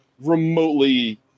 remotely